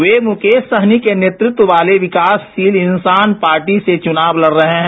वे मुकेश सहनी के नेतृत्व वाले विकास शील इंसान पार्टी से चुनाव लड रहे हैं